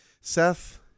seth